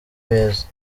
beza